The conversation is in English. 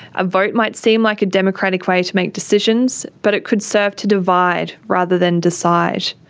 a vote might seem like a democratic way to make decisions, but it could serve to divide, rather than decide.